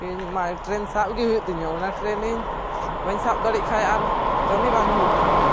ᱤᱧᱢᱟ ᱴᱨᱮᱹᱱ ᱥᱟᱵᱽ ᱜᱮ ᱦᱩᱭᱩᱜ ᱛᱤᱧᱟᱹ ᱚᱱᱟ ᱴᱨᱮᱹᱱᱤᱧ ᱵᱟᱹᱧ ᱥᱟᱵ ᱫᱟᱲᱮᱜ ᱠᱷᱟᱱ ᱟᱨ ᱠᱟᱹᱢᱤ ᱵᱟᱝ ᱦᱩᱭᱩᱜ ᱛᱤᱧᱟᱹ